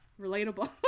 relatable